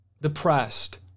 depressed